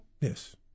Yes